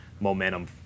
momentum